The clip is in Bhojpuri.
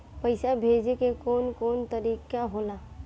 पइसा भेजे के कौन कोन तरीका होला?